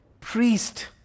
priest